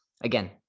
again